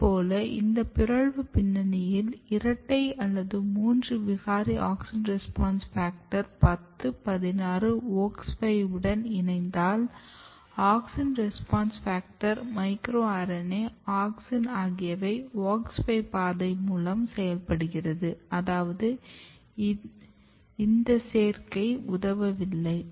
அதேபோல் இந்த பிறழ்வு பின்னணியில் இரட்டை அல்லது மூன்று விகாரி AUXIN RESPONSE FACTOR 10 16 WOX 5 வுடன் இணைந்தால் AUXIN RESPONSE FACTOR micro RNA auxin ஆகியவை WOX 5 பாதை மூலம் செயல்படுகிறது அதாவது இந்த சேர்க்கை உதவவில்லை